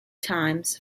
times